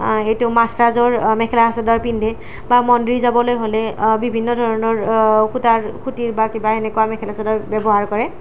সেইটো মাচাজৰ মেখেলা চাদৰ পিন্ধে বা মন্দিৰ যাবলৈ হ'লে বিভিন্ন ধৰণৰ সূতাৰ সূতিৰ বা কিবা এনেকুৱা মেখেলা চাদৰ ব্যৱহাৰ কৰে